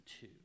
two